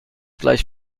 gleich